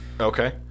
Okay